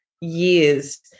years